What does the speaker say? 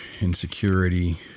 insecurity